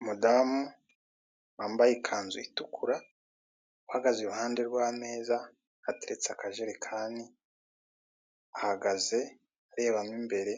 Umudamu wambaye ikanzu itukura, uhagaze iruhande rw'ameza hateretse akajerekani, ahagaze areba mo imbere